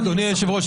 אדוני היושב-ראש,